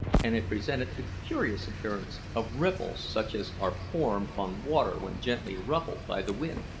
and it presented the curious appearance of ripples such as are formed on water when gently ruffled by the wind.